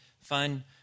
fun